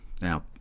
Now